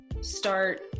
start